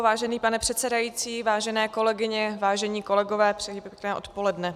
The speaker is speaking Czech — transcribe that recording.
Vážený pane předsedající, vážené kolegyně, vážení kolegové, přeji pěkné odpoledne.